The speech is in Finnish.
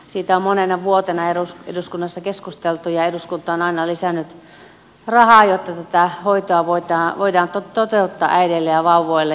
siitä on monena vuotena eduskunnassa keskusteltu ja eduskunta on aina lisännyt rahaa jotta tätä hoitoa voidaan toteuttaa äideille ja vauvoille